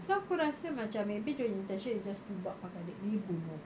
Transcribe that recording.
so aku rasa macam maybe the intention is just to buat pakai duit ni bunuh